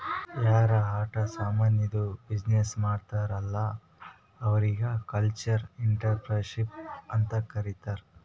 ಯಾರ್ ಆಟ ಸಾಮಾನಿದ್ದು ಬಿಸಿನ್ನೆಸ್ ಮಾಡ್ತಾರ್ ಅಲ್ಲಾ ಅವ್ರಿಗ ಕಲ್ಚರಲ್ ಇಂಟ್ರಪ್ರಿನರ್ಶಿಪ್ ಅಂತ್ ಕರಿತಾರ್